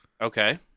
Okay